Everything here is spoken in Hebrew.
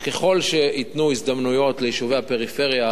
וככל שייתנו הזדמנות ליישובי הפריפריה,